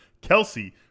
Kelsey